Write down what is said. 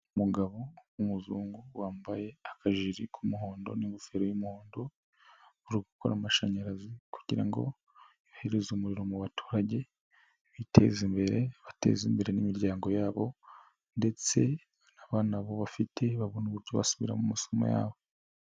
Umugabo w'umuzungu wambaye akajiri k'umuhondo n'ingofero y'umuhondo uri gukora amashanyarazi kugirango yohereze umuriro mu baturage biteze imbere bateze imbere n'imiryango yabo ndetse n'abana bafite babona umuco basubira mu masomo yabo.